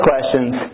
questions